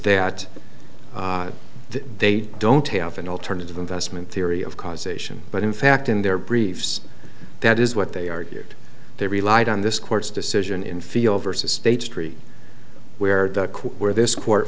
that they don't have an alternative investment theory of causation but in fact in their briefs that is what they argued they relied on this court's decision in field versus state street where the court where this court